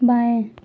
बाएं